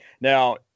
Now